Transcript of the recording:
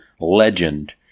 legend